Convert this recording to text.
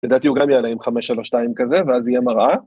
לדעתי הוא גם יעלה עם חמש שלוש שתיים כזה ואז יהיה מראה.